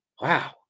wow